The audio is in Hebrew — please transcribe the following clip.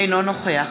אינו נוכח